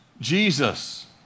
Jesus